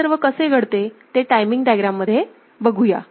हे सर्व कसे घडते ते टाइमिंग डायग्राम मध्ये बघूया